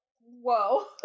whoa